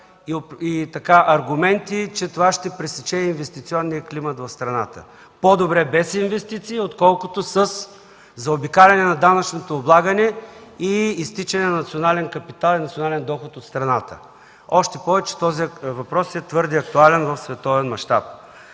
и аргументи, че това ще пресече инвестиционния климат в сраната. По-добре без инвестиции, отколкото със заобикаляне на данъчното облагане и изтичане на национален капитал и национален доход от страната, още повече че този въпрос е твърде актуален в световен мащаб.